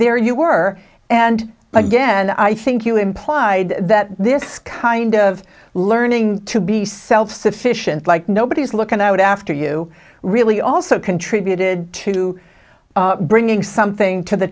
there you were and again i think you implied that this kind of learning to be self sufficient like nobody's looking out after you really also contributed to bringing something to the